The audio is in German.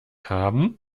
haben